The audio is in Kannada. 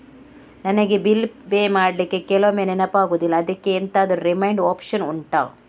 ನನಗೆ ಬಿಲ್ ಪೇ ಮಾಡ್ಲಿಕ್ಕೆ ಕೆಲವೊಮ್ಮೆ ನೆನಪಾಗುದಿಲ್ಲ ಅದ್ಕೆ ಎಂತಾದ್ರೂ ರಿಮೈಂಡ್ ಒಪ್ಶನ್ ಉಂಟಾ